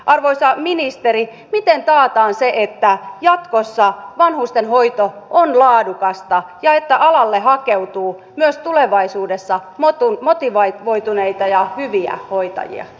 arvoisa ministeri miten taataan se että jatkossa vanhustenhoito on laadukasta ja että alalle hakeutuu myös tulevaisuudessa motivoituneita ja hyviä hoitajia